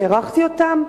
שאירחתי אותם,